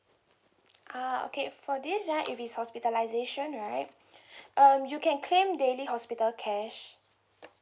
ah okay for this right if it's hospitalization right um you can claim daily hospital cash